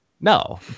no